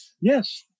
Yes